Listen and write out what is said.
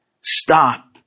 Stop